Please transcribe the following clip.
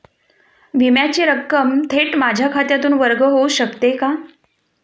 विम्याची रक्कम थेट माझ्या खात्यातून वर्ग होऊ शकते का?